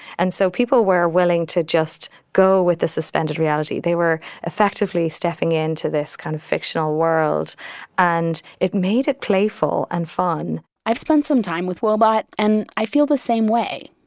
and so people were willing to just go with the suspended reality. they were effectively stepping in to this kind of fictional world and it made it playful and fun i've spent some time with woebot and i feel the same way.